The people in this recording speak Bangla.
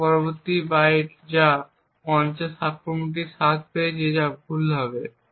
তবে পরবর্তী বাইট যা 50 আক্রমণটি 7 পেয়েছে যা ভুল হবে